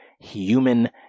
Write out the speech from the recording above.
human